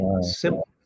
simple